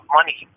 money